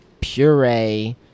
puree